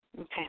Okay